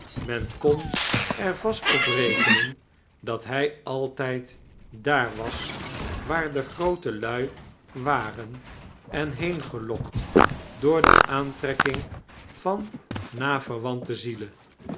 men kon er vast op rekenen dat hij altijd daar was waar de groote lui waren er teen gelokt door de aantrekking van na verwante zielen